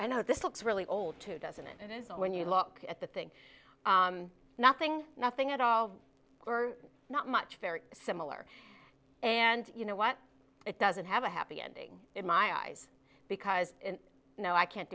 i know this looks really old too doesn't it is when you look at the thing nothing nothing at all not much very similar and you know what it doesn't have a happy ending in my eyes because you know i can't